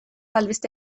albiste